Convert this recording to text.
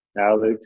Alex